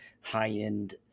high-end